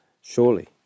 Surely